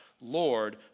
Lord